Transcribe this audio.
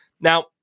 Now